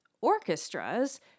orchestras